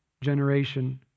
generation